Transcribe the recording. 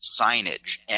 signage